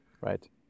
right